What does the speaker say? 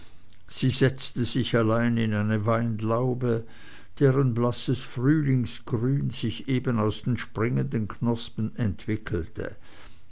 sie setzte sich allein in eine weinlaube deren blasses frühlingsgrün sich eben aus den springenden knospen entwickelte